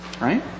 ...right